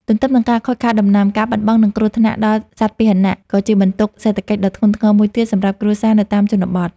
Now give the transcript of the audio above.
ទន្ទឹមនឹងការខូចខាតដំណាំ ការបាត់បង់ និងគ្រោះថ្នាក់ដល់សត្វពាហនៈ ក៏ជាបន្ទុកសេដ្ឋកិច្ចដ៏ធ្ងន់ធ្ងរមួយទៀតសម្រាប់គ្រួសារនៅតាមជនបទ។